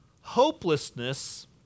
hopelessness